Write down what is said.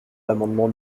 l’amendement